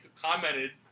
commented